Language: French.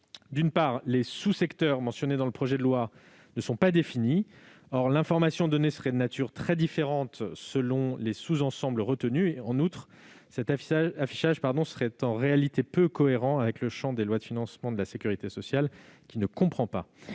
D'abord, les sous-secteurs mentionnés dans le texte ne sont pas définis. Or l'information donnée serait de nature très différente selon les sous-ensembles retenus. Ensuite, cet affichage serait en réalité peu cohérent avec le champ des lois de financement de la sécurité sociale, qui ne comprend pas